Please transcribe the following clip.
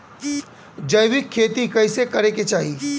जैविक खेती कइसे करे के चाही?